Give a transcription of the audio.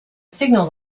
signal